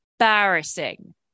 embarrassing